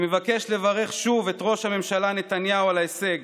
אני מבקש לברך שוב את ראש הממשלה נתניהו על ההישג,